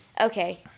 Okay